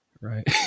right